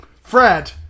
Fred